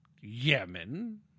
Yemen